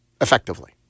effectively